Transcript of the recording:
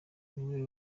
niwe